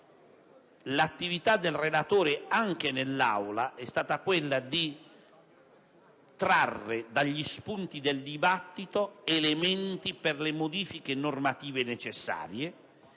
L'attività del relatore, anche in Aula, è stata quella di trarre dagli spunti del dibattito elementi per le modifiche normative necessarie,